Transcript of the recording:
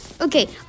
Okay